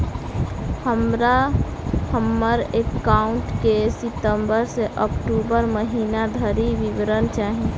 हमरा हम्मर एकाउंट केँ सितम्बर सँ अक्टूबर महीना धरि विवरण चाहि?